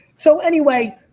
so anyway,